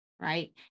Right